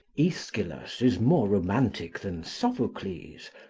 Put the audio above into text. aeschylus is more romantic than sophocles,